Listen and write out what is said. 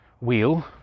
wheel